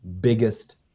biggest